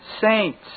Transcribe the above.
saints